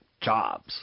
jobs